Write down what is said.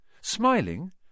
smiling